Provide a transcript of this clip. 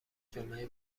جمعه